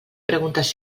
preguntes